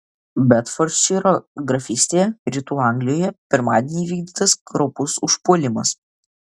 bedfordšyro grafystėje rytų anglijoje pirmadienį įvykdytas kraupus užpuolimas